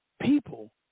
people